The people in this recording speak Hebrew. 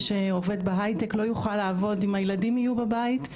שעובד בהייטק לא יוכל לעבוד אם העובדים יהיו בבית,